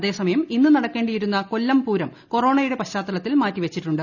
അതേസമയം ഇന്ന് നടക്കേണ്ടിയിരുന്ന കൊല്ലം പൂരം കൊറോണയുടെ പശ്ചാത്തലത്തിൽ മാറ്റിവച്ചിട്ടുണ്ട്